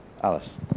Alice